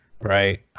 right